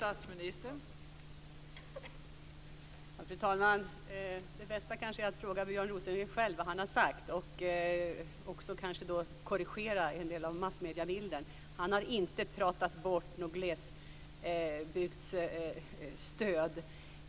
Fru talman! Det bästa är kanske att fråga Björn Rosengren själv vad han har sagt. Då skulle han kanske kunna korrigera en del av massmediebilden. Han har inte pratat bort något glesbygdsstöd.